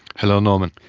hello norman.